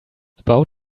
about